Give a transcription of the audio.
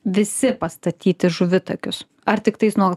visi pastatyti žuvitakius ar tiktais nuo